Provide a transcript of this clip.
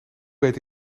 weet